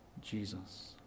Jesus